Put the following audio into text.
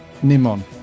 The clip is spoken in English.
nimon